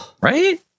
Right